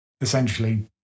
essentially